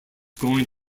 going